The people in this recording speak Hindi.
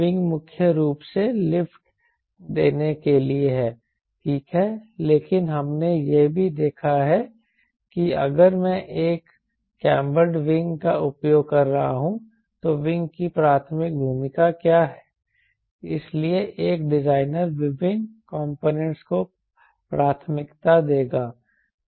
विंग मुख्य रूप से लिफ्ट देने के लिए है ठीक है लेकिन हमने यह भी देखा है कि अगर मैं एक कैंबर्ड विंग का उपयोग कर रहा हूं तो विंग की प्राथमिक भूमिका क्या है इसलिए एक डिजाइनर विभिन्न कॉम्पोनेंटस को प्राथमिकता देगा